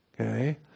Okay